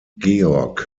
georg